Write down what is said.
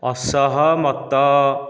ଅସହମତ